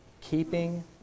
keeping